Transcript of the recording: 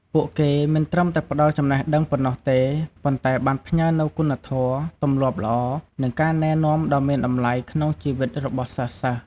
ពួកគេមិនត្រឹមតែផ្តល់ចំណេះដឹងប៉ុណ្ណោះទេ ប៉ុន្តែបានផ្ញើនូវគុណធម៌ ទម្លាប់ល្អ និងការណែនាំដ៏មានតម្លៃក្នុងជីវិតរបស់សិស្សៗ។